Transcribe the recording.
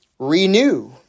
Renew